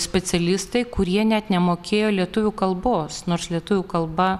specialistai kurie net nemokėjo lietuvių kalbos nors lietuvių kalba